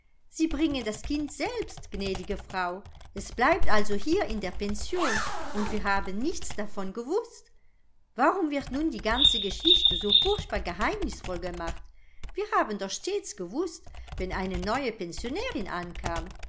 sie bringen das kind selbst gnädige frau es bleibt also hier in der pension und wir haben nichts davon gewußt warum wird nun die ganze geschichte so furchtbar geheimnisvoll gemacht wir haben doch stets gewußt wenn eine neue pensionärin ankam